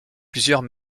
plusieurs